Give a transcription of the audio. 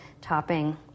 topping